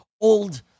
old